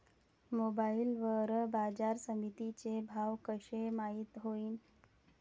Mobile वर बाजारसमिती चे भाव कशे माईत होईन?